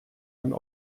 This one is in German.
ein